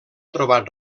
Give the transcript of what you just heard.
trobat